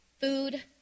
food